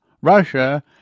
Russia